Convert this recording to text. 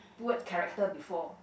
word character before